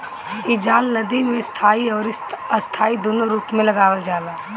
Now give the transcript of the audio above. इ जाल नदी में स्थाई अउरी अस्थाई दूनो रूप में लगावल जाला